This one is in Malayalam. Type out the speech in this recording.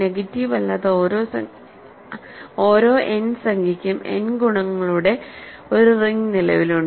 നെഗറ്റീവ് അല്ലാത്ത ഓരോ nസംഖ്യയ്ക്കും n ഗുണങ്ങളുടെ ഒരു റിങ് നിലവിലുണ്ട്